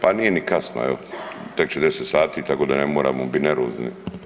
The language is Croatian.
Pa nije ni kasno, evo tek će 10 sati tako da ne moramo biti nervozni.